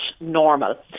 normal